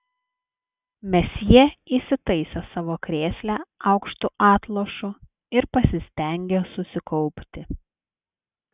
mesjė įsitaisė savo krėsle aukštu atlošu ir pasistengė susikaupti